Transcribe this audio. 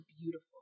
beautiful